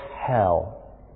hell